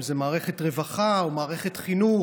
אם זה מערכת רווחה ואם מערכת חינוך,